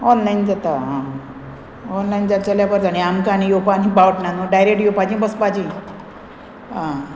online जाता आं online जाता जाल्यार बरें जालें आमकां आनी येवपा आनी पावट ना न्हू डायरेक्ट येवपाचीं बसपाचीं